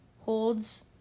holds